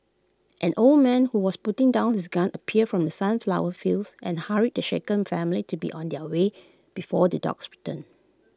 an old man who was putting down his gun appeared from the sunflower fields and hurried the shaken family to be on their way before the dogs return